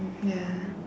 mm ya